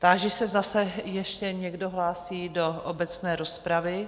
Táži se, zda se ještě někdo hlásí do obecné rozpravy?